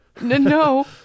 no